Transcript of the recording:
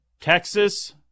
Texas